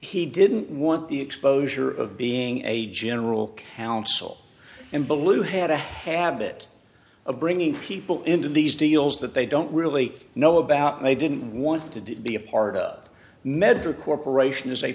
he didn't want the exposure of being a general council and baloo had a habit of bringing people into these deals that they don't really know about may didn't want to be a part of meds or a corporation is a